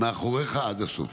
מאחוריך עד הסוף.